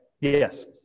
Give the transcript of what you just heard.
yes